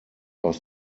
aus